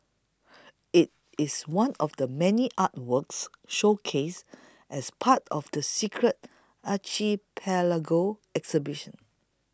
it is one of the many artworks showcased as part of the Secret Archipelago exhibition